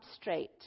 straight